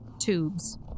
tubes